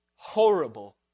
Horrible